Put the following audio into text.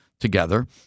together